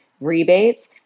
rebates